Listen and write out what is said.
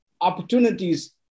opportunities